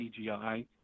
CGI